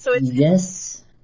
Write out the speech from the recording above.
Yes